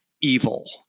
evil